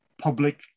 public